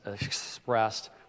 expressed